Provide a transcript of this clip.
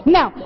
Now